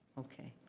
okay.